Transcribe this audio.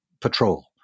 patrol